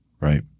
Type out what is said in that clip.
Right